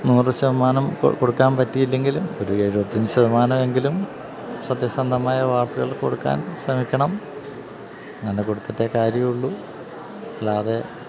നൂറ് ശതമാനം കൊടുക്കാൻ പറ്റിയില്ലെങ്കിലും ഒരു എഴുപത്തിയഞ്ച് ശതമാനമെങ്കിലും സത്യസന്ധമായ വാര്ത്തകൾ കൊടുക്കാൻ ശ്രമിക്കണം അങ്ങനെ കൊടുത്തിട്ടേ കാര്യമുള്ളൂ അല്ലാതെ